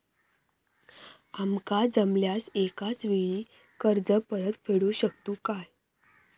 आमका जमल्यास एकाच वेळी कर्ज परत फेडू शकतू काय?